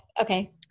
Okay